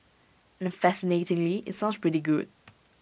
and the fascinatingly IT sounds pretty good